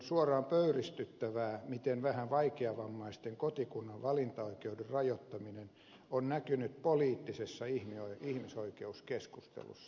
on pöyristyttävää miten vähän vaikeavammaisten kotikunnan valintaoikeuden rajoittaminen on näkynyt poliittisessa ihmisoikeuskeskustelussa